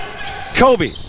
Kobe